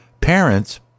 parents